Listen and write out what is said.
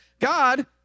God